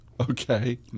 Okay